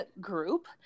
Group